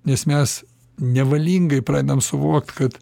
nes mes nevalingai pradedam suvokt kad